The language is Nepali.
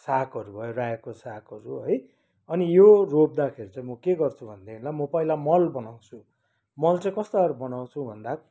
सागहरू भयो रायोको सागहरू है अनि यो रोप्दाखेरि चाहिँ म के गर्छु भनेदेखिलाई म पहिला मल बनाउँछु मल चाहिँ कस्तो गरी बनाउँछु भन्दा